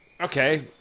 Okay